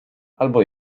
albo